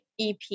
EP